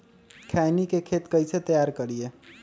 खैनी के खेत कइसे तैयार करिए?